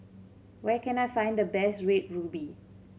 where can I find the best Red Ruby